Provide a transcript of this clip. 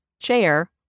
Chair